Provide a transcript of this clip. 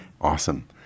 Awesome